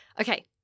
Okay